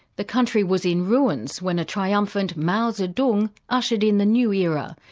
the country was in ruins when a triumphant mao zedong ushered in the new era,